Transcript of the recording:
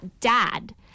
dad